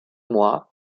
mois